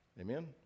Amen